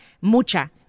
mucha